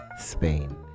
Spain